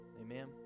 amen